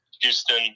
Houston